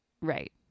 right